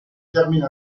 termine